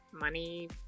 money